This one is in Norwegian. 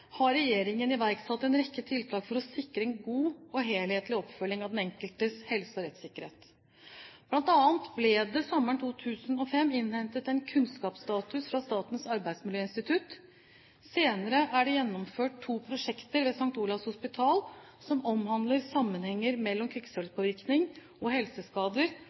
har regjeringen iverksatt en rekke tiltak for å sikre en god og helhetlig oppfølging av den enkeltes helse og rettssikkerhet. Blant annet ble det sommeren 2005 innhentet en kunnskapsstatus fra Statens arbeidsmiljøinstitutt. Senere er det gjennomført to prosjekter ved St. Olavs hospital som omhandler sammenhenger mellom kvikksølvpåvirkning og helseskader